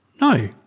No